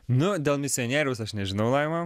nu dėl misionieriaus aš nežinau laima